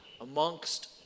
amongst